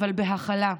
אבל בהכלה,